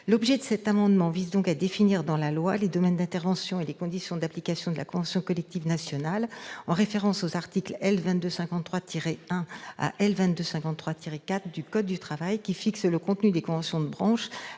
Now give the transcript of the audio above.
L'objet de cet amendement est donc de définir dans la loi les domaines d'intervention et les conditions d'application de la convention collective nationale en référence aux articles L. 2253-1 à L. 2253-4 du code du travail, qui fixent le contenu des conventions de branche